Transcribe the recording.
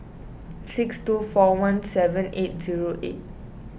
six two four one seven eight zero eight